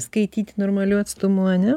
skaityt normaliu atstumu ane